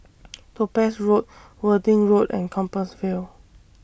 Topaz Road Worthing Road and Compassvale